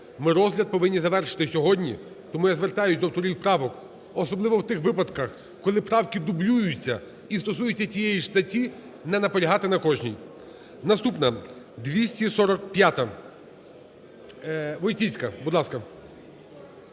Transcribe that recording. Ми розгляд повинні завершити сьогодні. Тому я звертаюсь до авторів правок: особливо в тих випадках, коли правки дублюються і стосуються тієї ж статті, не наполягати на кожній. Наступна – 245-а. Войціцька, будь ласка.